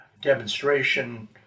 Demonstration